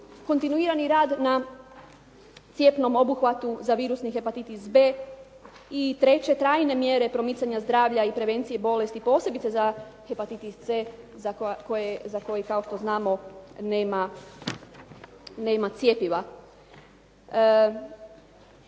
kontinuirani rad na cjepnom obuhvatu za virusni hepatitis b i treće, trajne mjere promicanja zdravlja i prevencije bolesti, posebice za hepatitis c za koji kao što znamo nema cjepiva.